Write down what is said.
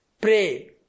Pray